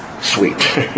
sweet